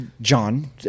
John